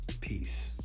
peace